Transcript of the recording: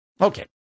Okay